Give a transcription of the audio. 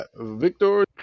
Victor